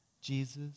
Jesus